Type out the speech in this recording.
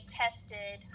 tested